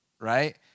right